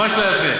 ממש לא יפה.